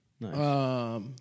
Nice